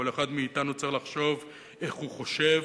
כל אחד מאתנו צריך לחשוב איך הוא חושב,